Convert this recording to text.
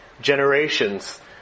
generations